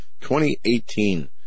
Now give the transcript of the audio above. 2018